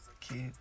Kid